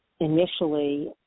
initially